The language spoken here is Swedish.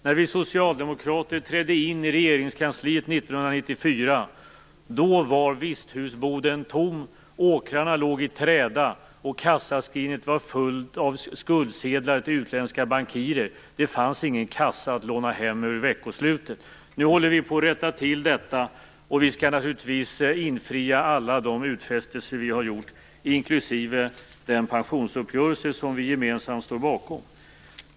När vi socialdemokrater trädde in i Regeringskansliet 1994 var visthusboden tom, åkrarna låg i träda och kassaskrinet var fullt av skuldsedlar till utländska bankirer. Det fanns ingen kassa att låna hem över veckoslutet. Nu håller vi på att rätta till detta. Vi skall naturligtvis infria alla de utfästelser vi har gjort, inklusive den om pensionsuppgörelsen, som vi gemensamt står bakom.